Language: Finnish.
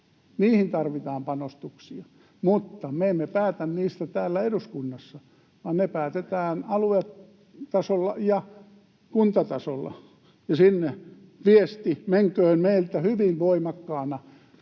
Niihin tarvitaan panostuksia, mutta me emme päätä niistä täällä eduskunnassa, vaan ne päätetään aluetasolla ja kuntatasolla. Sinne viesti menköön meiltä tästä